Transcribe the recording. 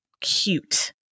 cute